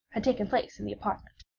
had taken place in the apartment.